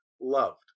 loved